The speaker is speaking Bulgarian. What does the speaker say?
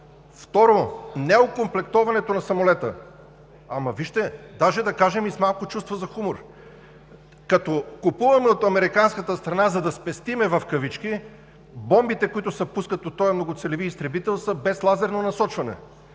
Второ, неокомплектоването на самолета. Ама, вижте, даже да кажем и с малко чувство за хумор: като купуваме от американската страна, за да спестим в кавички, бомбите, които се пускат от този многоцелеви изтребител са без лазерно насочване.